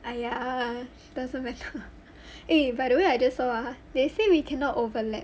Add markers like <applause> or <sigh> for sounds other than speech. !aiya! doesn't matter <laughs> eh by the way I just saw ah they say we cannot overlap